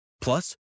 Plus